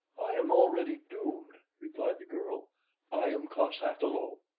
i am already doomed, replied the girl i am cos-ata-lo.